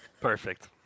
Perfect